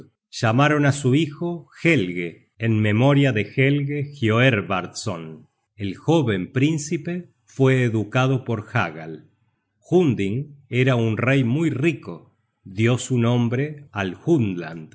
llamaron á su hijo helge en memoria de helge hioerbard si el jóven príncipe fue educado por hagal hunding era un rey muy rico dió su nombre al